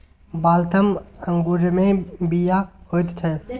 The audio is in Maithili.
वाल्थम अंगूरमे बीया होइत छै